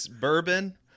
bourbon